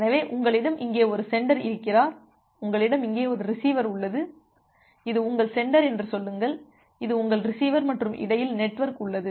எனவே உங்களிடம் இங்கே ஒரு சென்டர் இருக்கிறார் உங்களிடம் இங்கே ஒரு ரிசீவர் உள்ளது இது உங்கள் சென்டர் என்று சொல்லுங்கள் இது உங்கள் ரிசீவர் மற்றும் இடையில் நெட்வொர்க் உள்ளது